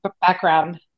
background